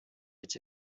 its